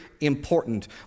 important